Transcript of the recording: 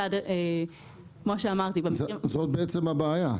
זאת הבעיה.